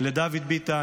לדוד ביטן,